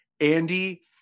Andy